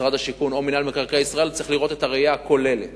משרד השיכון או מינהל מקרקעי ישראל צריך לראות בראייה הכוללת.